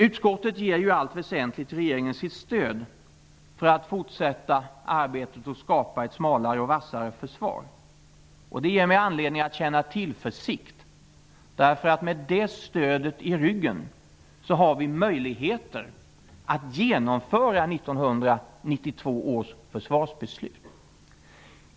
Utskottet ger i allt väsentligt regeringen sitt stöd för att fortsätta arbetet med att skapa ett smalare och vassare försvar. Det ger mig anledning att känna tillförsikt, därför att med det stödet i ryggen har vi möjligheter att genomföra 1992 års försvarsbeslut.